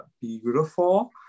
beautiful